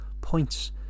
points